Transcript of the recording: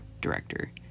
director